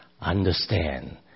understand